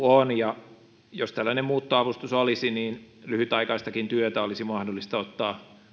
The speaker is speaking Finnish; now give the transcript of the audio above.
on jos tällainen muuttoavustus olisi niin lyhytaikaistakin työtä olisi mahdollista ottaa